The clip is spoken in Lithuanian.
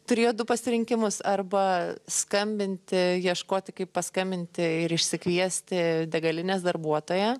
turėjo du pasirinkimus arba skambinti ieškoti kaip paskambinti ir išsikviesti degalinės darbuotoją